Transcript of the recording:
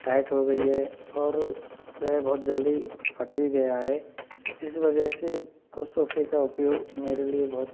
tight हो गई है और वह बहुत जल्दी फट भी गया है इस वजह से वह सोफ़े का उपयोग मेरे लिए बहुत